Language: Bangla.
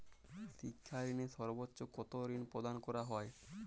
শিক্ষা ঋণে সর্বোচ্চ কতো ঋণ প্রদান করা হয়?